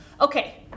Okay